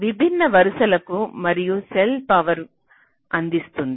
విభిన్న వరుసలకు మరియు సెల్స్ పవర్ అందిస్తుంది